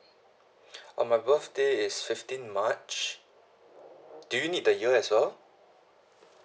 uh my birthday is fifteen march uh ] do you need the year as well